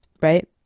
right